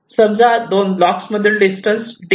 समजा दोन ब्लॉक्स मधील डिस्टन्स d14 आहे